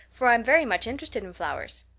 for i'm very much interested in flowers.